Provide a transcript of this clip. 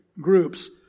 groups